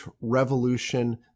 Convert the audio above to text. revolution